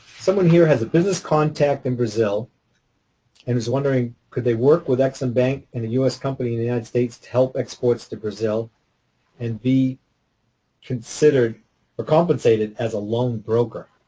someone here has a business contact in and brazil and is wondering could they work with ex-im bank and a u s. company in the united states to help exports to brazil and be considered or compensated as a loan broker?